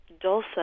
Dulce